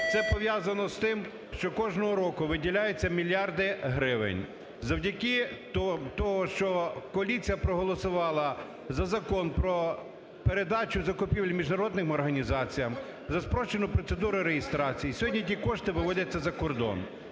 Це пов'язано з тим, що кожного року виділяються мільярди гривень. Завдяки того, що коаліція проголосувала за Закон про передачу закупівлі міжнародним організаціям, за спрощену процедуру реєстрації, сьогодні ті кошти виводяться за кордон.